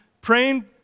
praying